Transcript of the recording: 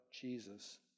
Jesus